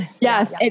Yes